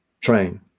train